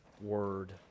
word